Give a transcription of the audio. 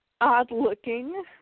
odd-looking